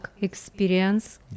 experience